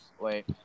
wait